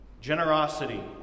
Generosity